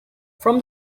from